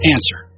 Answer